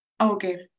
Okay